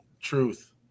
truth